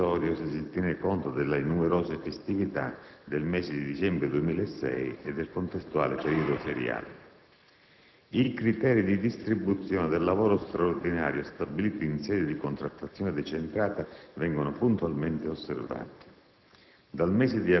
numero irrisorio se si tiene conto delle numerose festività del mese di dicembre 2006 e del contestuale periodo feriale. I criteri di distribuzione del lavoro straordinario stabiliti in sede di contrattazione decentrata vengono puntualmente osservati.